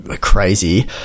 crazy